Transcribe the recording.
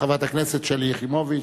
חברת הכנסת שלי יחימוביץ.